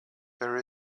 there